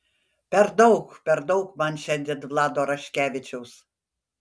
per daug per daug man šiandien vlado raškevičiaus